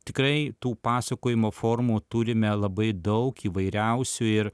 tikrai tų pasakojimo formų turime labai daug įvairiausių ir